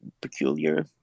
peculiar